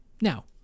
Now